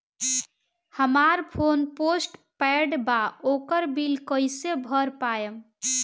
हमार phone postpaid बा ओकर बिल कईसे भर पाएम?